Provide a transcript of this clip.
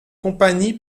compagnies